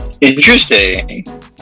interesting